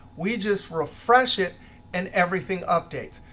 we just refresh it and everything updates.